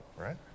right